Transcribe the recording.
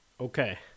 Okay